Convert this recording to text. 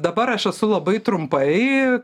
dabar aš esu labai trumpai